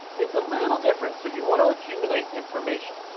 it's a little different. so you want to accumulate information.